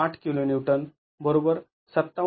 ८kN ५७